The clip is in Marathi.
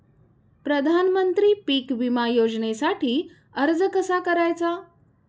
प्रधानमंत्री पीक विमा योजनेसाठी अर्ज कसा करायचा?